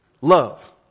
love